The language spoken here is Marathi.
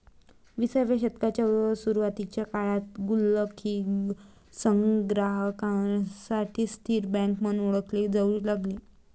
विसाव्या शतकाच्या सुरुवातीच्या काळात गुल्लक ही संग्राहकांसाठी स्थिर बँक म्हणून ओळखली जाऊ लागली